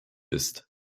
ist